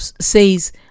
says